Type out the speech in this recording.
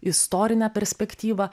istorinę perspektyvą